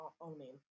owning